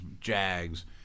Jags